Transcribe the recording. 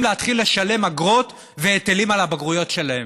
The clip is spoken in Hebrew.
להתחיל לשלם אגרות והיטלים על הבגרויות שלהם.